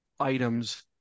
items